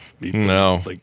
No